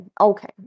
Okay